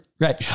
Right